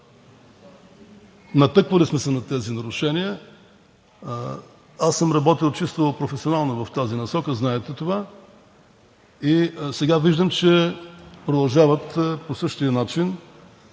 Натъквали сме се на тези нарушения. Аз съм работил чисто професионално в тази насока, знаете това, и сега виждам, че продължават по същия начин